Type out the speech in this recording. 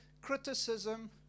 criticism